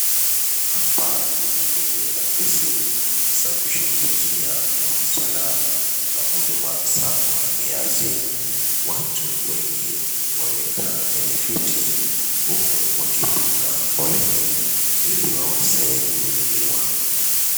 Hapa ni kwenye afisi za kushughulikia masuala na huduma za uhamiaji. Watu wengi wamekaa kwenye viti, huku wakipanga foleni ili waweze kuhudumiwa.